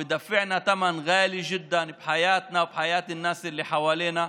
והיא גובה מאיתנו מחיר יקר מאוד בחיינו ובחיי האנשים שמסביבנו.